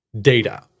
data